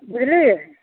देली